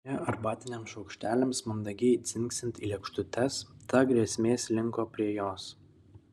čia arbatiniams šaukšteliams mandagiai dzingsint į lėkštutes ta grėsmė slinko prie jos